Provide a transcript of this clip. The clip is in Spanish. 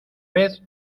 vez